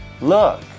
Look